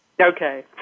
Okay